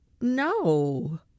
No